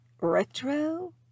retro